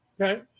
Okay